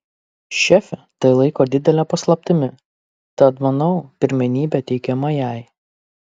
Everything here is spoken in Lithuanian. šefė tai laiko didele paslaptimi tad manau pirmenybė teikiama jai